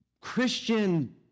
Christian